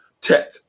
tech